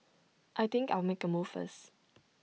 I think I'll make A move first